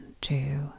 two